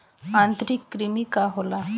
आंतरिक कृमि का होला?